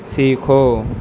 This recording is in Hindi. सीखो